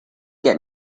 get